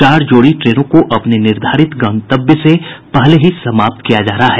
चार जोड़ी ट्रेनों को अपने निर्धारित गंतव्य से पहले ही समाप्त किया जा रहा है